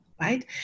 Right